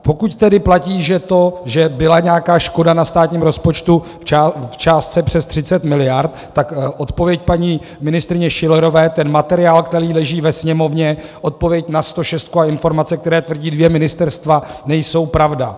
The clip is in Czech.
Pokud tedy platí, že byla nějaká škoda na státním rozpočtu v částce přes 30 miliard, tak odpověď paní ministryně Schillerové, ten materiál, který leží ve Sněmovně, odpověď na 106 a informace, které tvrdí dvě ministerstva, nejsou pravda.